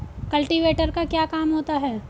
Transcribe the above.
Cultivator का क्या काम होता है?